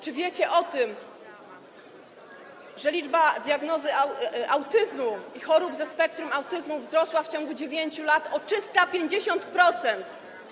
Czy wiecie o tym, że liczba diagnozy autyzmu i chorób ze spektrum autyzmu wzrosła w ciągu 9 lat o 350%?